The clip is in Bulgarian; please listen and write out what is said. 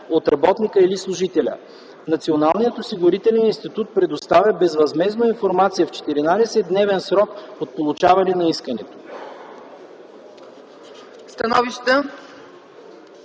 от работника или служителя. Националният осигурителен институт предоставя безвъзмездна информация в 14-дневен срок от получаване на искането”.”